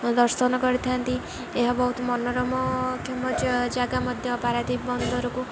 ଦର୍ଶନ କରିଥାନ୍ତି ଏହା ବହୁତ ମନୋରମକ୍ଷମ ଜାଗା ମଧ୍ୟ ପାରାଦୀପ ବନ୍ଦରକୁ